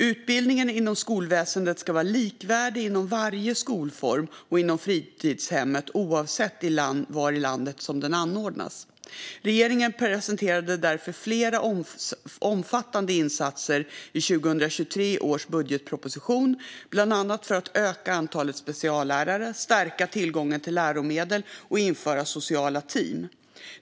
Utbildningen inom skolväsendet ska vara likvärdig inom varje skolform och inom fritidshemmen, oavsett var i landet den anordnas. Regeringen presenterade därför flera omfattande insatser i 2023 års budgetproposition, bland annat för att öka antalet speciallärare, stärka tillgången till läromedel och införa sociala team.